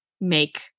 make